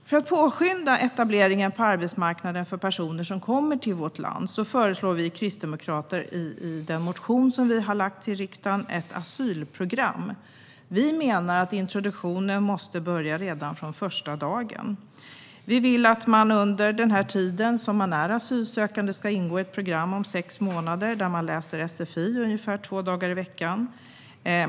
För att påskynda etableringen på arbetsmarknaden för personer som kommer till vårt land föreslår vi kristdemokrater i den motion som vi har väckt till riksdagen ett asylprogram. Vi menar att introduktionen måste börja redan från första dagen. Vi vill att man under tiden man är asylsökande ska ingå i ett program om sex månader där man läser sfi ungefär två dagar i veckan.